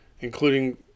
including